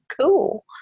cool